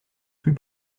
plus